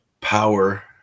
power